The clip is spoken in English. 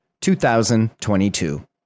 2022